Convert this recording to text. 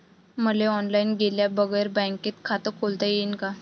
मले ऑनलाईन गेल्या बगर बँकेत खात खोलता येईन का?